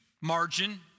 margin